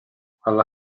alla